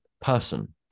person